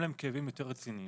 כי דובר פה על צפיפות,